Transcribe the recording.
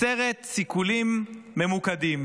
אוסרת סיכולים ממוקדים.